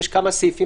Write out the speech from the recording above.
יש כמה סעיפים